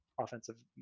offensive